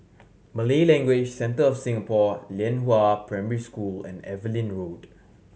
Malay Language Centre of Singapore Lianhua Primary School and Evelyn Road